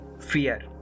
fear